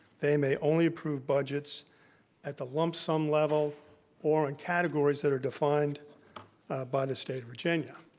they may only approve budgets at the lump sum level or in categories that are defined by the state of virginia.